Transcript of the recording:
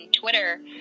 Twitter